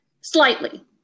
slightly